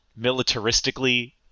militaristically